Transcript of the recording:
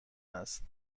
است